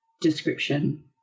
description